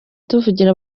tuvugira